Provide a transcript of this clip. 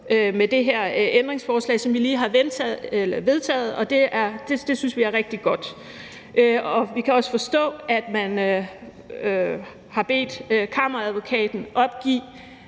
med det her ændringsforslag, som vi lige har vedtaget, og det synes vi er rigtig godt. Vi kan også forstå, at man har bedt Kammeradvokaten opgive